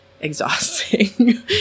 exhausting